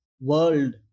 world